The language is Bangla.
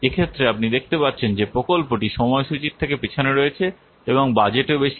এক্ষেত্রে আপনি দেখতে পাচ্ছেন যে প্রকল্পটি সময়সূচীর থেকে পিছনে রয়েছে এবং বাজেটও বেশি